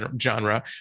genre